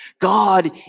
God